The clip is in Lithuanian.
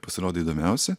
pasirodė įdomiausi